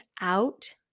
out